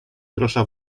grosza